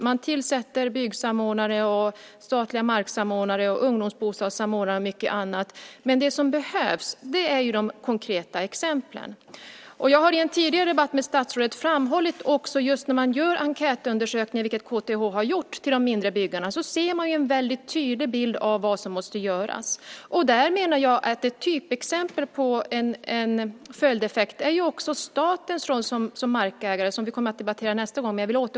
Man tillsätter byggsamordnare, statliga marksamordnare, ungdomsbostadssamordnare och mycket annat, men det som behövs är konkreta exempel. I en tidigare debatt med statsrådet har jag framhållit att man i enkätundersökningar bland de mindre byggarna som KTH har gjort tydligt ser vad som måste göras. Där menar jag att ett typexempel på en följdeffekt också är statens roll som markägare, som jag återkommer till i nästa interpellationsdebatt.